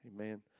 Amen